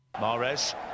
Mares